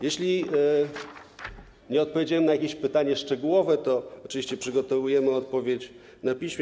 Jeśli nie odpowiedziałem na jakieś pytanie szczegółowe, to oczywiście przygotujemy odpowiedź na piśmie.